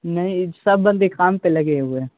نہیں سب بندے کام پہ لگے ہوئے ہیں